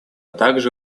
также